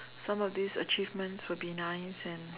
some of these achievements will be nice and